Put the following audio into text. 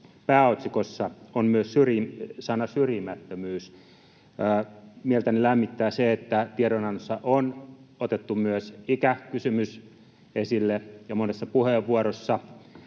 pääotsikossa on myös sana ”syrjimättömyys”. Mieltäni lämmittää se, että tiedonannossa on otettu myös ikäkysymys esille, ja monessa puheenvuorossa